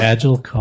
Agile